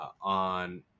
on